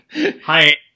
Hi